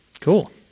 Cool